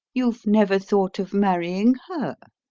you've never thought of marrying her.